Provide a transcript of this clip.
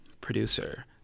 producer